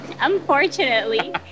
unfortunately